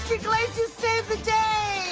iglesias saved the day!